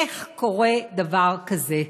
איך קורה דבר כזה?